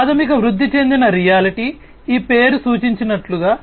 కాబట్టి ప్రాథమికంగా వృద్ధి చెందిన రియాలిటీ ఈ పేరు సూచించినట్లుగా